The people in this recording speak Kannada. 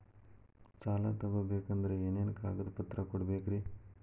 ಸಾಲ ತೊಗೋಬೇಕಂದ್ರ ಏನೇನ್ ಕಾಗದಪತ್ರ ಕೊಡಬೇಕ್ರಿ?